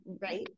Right